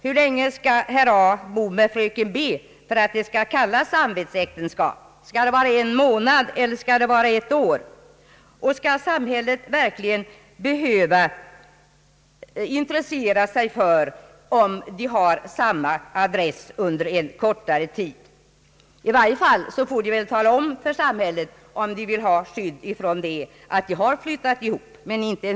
Hur länge skall herr A bo med fröken B för att det skall kallas samvetsäktenskap? Skall det vara en månad, eller skall det vara ett år? Och skall samhället verkligen behöva intressera sig för om de har samma adress under en kortare tid? I varje fall får de väl tala om för samhället om de vill ha dettas skydd sedan de flyttat ihop.